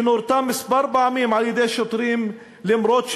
שנורתה כמה פעמים על-ידי שוטרים אף-על-פי